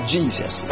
Jesus